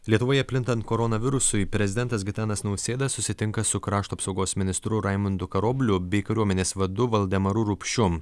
lietuvoje plintant koronavirusui prezidentas gitanas nausėda susitinka su krašto apsaugos ministru raimundu karobliu bei kariuomenės vadu valdemaru rupšiu